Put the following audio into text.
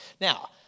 Now